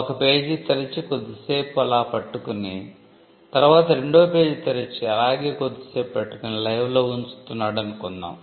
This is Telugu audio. ఒక పేజి తెరిచి కొద్దిసేపు అలా పట్టుకుని తర్వాత రెండో పేజి తెరిచి అలాగే కొద్ది సేపు పట్టుకుని live లో ఉంచుతున్నాడు అనుకుందాం